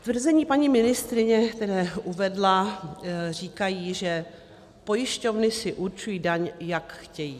Tvrzení paní ministryně, které uvedla, říkají, že pojišťovny si určují daň, jak chtějí.